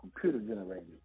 computer-generated